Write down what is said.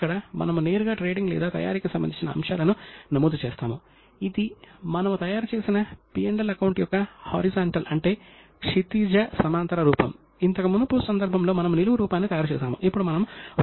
ఇప్పుడు ఆర్థిక సమాచారాన్ని నమోదు చేయడానికి మరియు వర్గీకరించడానికి అకౌంటింగ్ నియమాలు ఇవ్వబడ్డాయి ఇది స్వతంత్రంగా ఉండాల్సిన తనిఖీ స్వాతంత్రం కోసం ఈ రెండూ ఉద్దేశపూర్వకంగా వేరు చేయబడ్డాయి